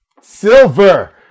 silver